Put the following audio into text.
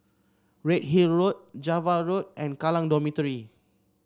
Redhill Road Java Road and Kallang Dormitory